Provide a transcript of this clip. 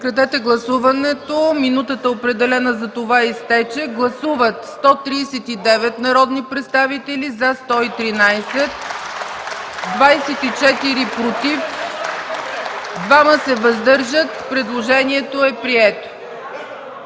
Прекратете гласуването! Минутата, определена за това, изтече. Гласували 139 народни представители: за 113, против 24, въздържали се 2. Предложението е прието.